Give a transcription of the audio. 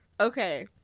Okay